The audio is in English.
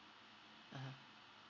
mmhmm